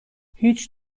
هیچ